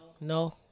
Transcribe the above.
No